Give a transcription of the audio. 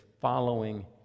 following